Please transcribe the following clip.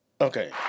Okay